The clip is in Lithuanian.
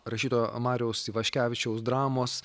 rašytojo mariaus ivaškevičiaus dramos